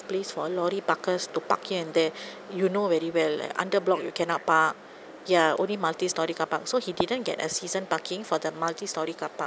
place for lorry parkers to park here and there you know very well under block you cannot park ya only multi storey carpark so he didn't get a season parking for the multi storey car park